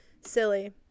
silly